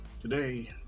today